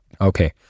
Okay